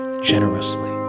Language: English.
Generously